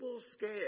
scale